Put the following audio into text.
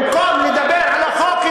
במקום לדבר על החוק,